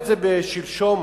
התש"ע